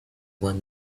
when